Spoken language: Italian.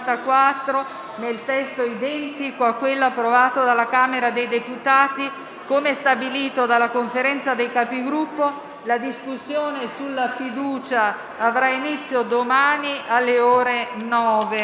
nel testo identico a quello approvato dalla Camera dei deputati. Come stabilito dalla Conferenza dei Capigruppo, la discussione sulla fiducia avrà inizio domani, alle ore 9.